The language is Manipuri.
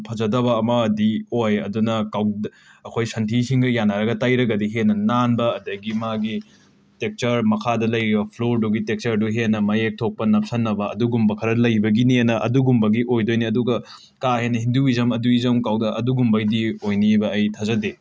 ꯌꯥꯝ ꯐꯖꯗꯕ ꯑꯃꯗꯤ ꯑꯣꯏ ꯑꯗꯨꯅ ꯀꯥꯎꯗ ꯑꯈꯣꯏ ꯁꯟꯊꯤꯁꯤꯡꯒ ꯌꯥꯅꯔꯒ ꯇꯩꯔꯒꯗꯤ ꯍꯦꯟꯅ ꯅꯥꯟꯕ ꯑꯗꯒꯤ ꯃꯥꯒꯤ ꯇꯦꯛꯆꯔ ꯃꯈꯥꯗ ꯂꯩꯔꯤꯕ ꯐ꯭ꯂꯣꯔꯗꯨꯒꯤ ꯇꯦꯛꯆꯔꯗꯣ ꯍꯦꯟꯅ ꯃꯌꯦꯛ ꯊꯣꯛꯄ ꯅꯞꯁꯟꯅꯕ ꯑꯗꯨꯒꯨꯝꯕ ꯈꯔ ꯂꯩꯕꯒꯤꯅ ꯑꯗꯨꯒꯨꯝꯕꯒꯤ ꯑꯣꯏꯗꯣꯏꯅꯦ ꯑꯗꯨꯒ ꯀꯥ ꯍꯦꯟꯅ ꯍꯤꯟꯗ꯭ꯋꯤꯖꯝ ꯑꯗ꯭ꯋꯤꯖꯝ ꯀꯥꯎꯗꯪ ꯑꯗꯨꯒꯨꯝꯕꯒꯤ ꯑꯣꯏꯅꯤ ꯍꯥꯏꯕ ꯑꯩ ꯊꯥꯖꯗꯦ